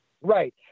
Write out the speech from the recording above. Right